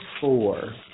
four